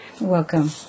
Welcome